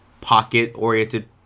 pocket-oriented